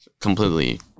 completely